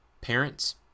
Parents